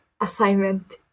assignment